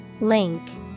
Link